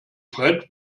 fred